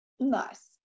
Nice